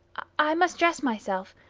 i must dress myself.